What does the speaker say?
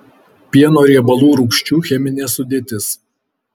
pieno riebalų rūgščių cheminė sudėtis